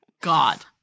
God